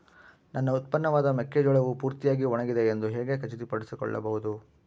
ನನ್ನ ಉತ್ಪನ್ನವಾದ ಮೆಕ್ಕೆಜೋಳವು ಪೂರ್ತಿಯಾಗಿ ಒಣಗಿದೆ ಎಂದು ಹೇಗೆ ಖಚಿತಪಡಿಸಿಕೊಳ್ಳಬಹುದು?